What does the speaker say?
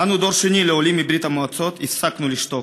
אנו, דור שני לעולים מברית המועצות, הפסקנו לשתוק.